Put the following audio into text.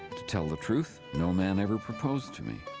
to tell the truth no man ever proposed to me.